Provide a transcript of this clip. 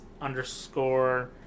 underscore